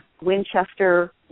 Winchester